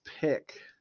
Pick